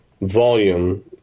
volume